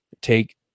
take